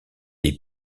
est